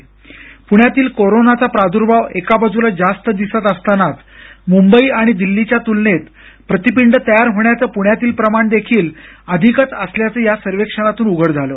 पूण्यातील कोरोनाचा प्रादूर्भाव एका बाजूला जास्त दिसत असतानाच मुंबई आणि दिल्लीच्या तूलनेत प्रतिपिंड तयार होण्याचं पृण्यातील प्रमाण देखील अधिकच असल्याचं या सर्वेक्षणातून उघड झालं